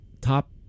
top